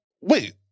Wait